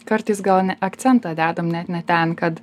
kartais gal ne akcentą dedam net ne ten kad